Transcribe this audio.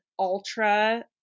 Ultra